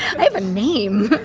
i have a name